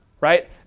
right